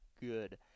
good